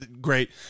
Great